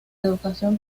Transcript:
educación